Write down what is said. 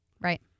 Right